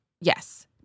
Yes